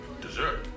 Dessert